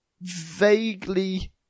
vaguely